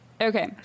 Okay